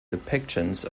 depictions